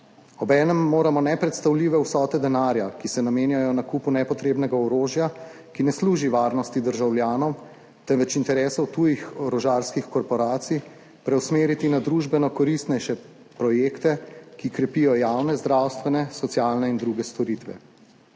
Obenem moramo nepredstavljive vsote denarja, ki se namenjajo nakupu nepotrebnega orožja, ki ne služi varnosti državljanov, temveč interesom tujih orožarskih korporacij, preusmeriti na družbeno koristnejše projekte, **8. TRAK: (NB) – 16.00** (Nadaljevanje) ki krepijo javne zdravstvene, socialne in druge storitve.